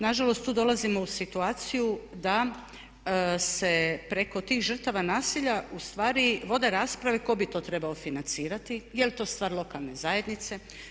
Nažalost tu dolazimo u situaciju da se preko ti žrtava nasilja ustvari vode rasprave, tko bi to trebao financirati, je li to stvar lokalne zajednice.